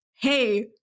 hey